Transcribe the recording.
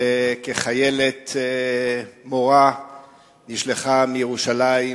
שכחיילת-מורה נשלחה מירושלים,